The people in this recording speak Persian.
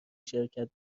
شرکت